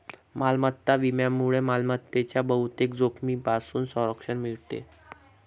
मालमत्ता विम्यामुळे मालमत्तेच्या बहुतेक जोखमींपासून संरक्षण मिळते